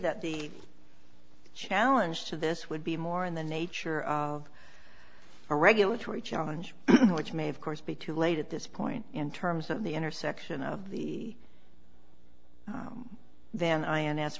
that the challenge to this would be more in the nature of a regulatory challenge which may have course be too late at this point in terms of the intersection of the then i